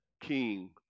king